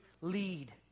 lead